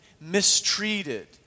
mistreated